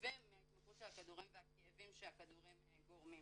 ומההתמכרות של הכדורים והכאבים שהכדורים גורמים.